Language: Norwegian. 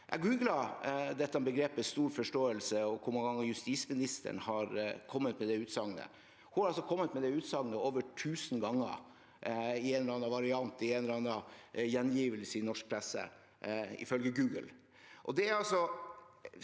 Jeg googlet begrepet «stor forståelse» og hvor mange ganger justisministeren har kommet med det utsagnet. Hun har altså kommet med det utsagnet over 1 000 ganger i en eller annen variant, i en eller annen gjengivelse i norsk presse – ifølge Google.